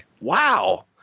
Wow